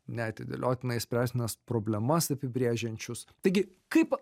neatidėliotinai spręstinas problemas apibrėžiančius taigi kaip